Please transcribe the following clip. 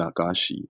Nagashi